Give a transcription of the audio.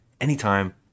anytime